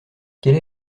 quelle